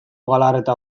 galarreta